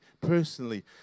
personally